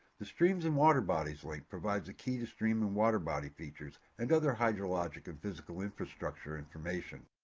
the streams and waterbodies link provides a key to stream and waterbody features and other hydrologic and physical infrastructure information.